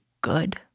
good